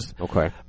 Okay